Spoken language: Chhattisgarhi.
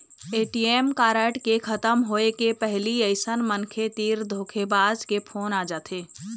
ए.टी.एम कारड के खतम होए के पहिली अइसन मनखे तीर धोखेबाज के फोन आ जाथे